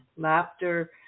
laughter